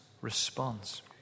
response